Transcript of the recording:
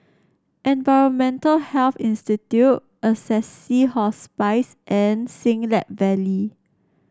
Environmental Health Institute Assisi Hospice and Siglap Valley